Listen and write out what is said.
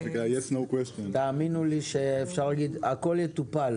תאמינו לי שאפשר להגיד שהכול יטופל,